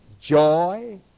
joy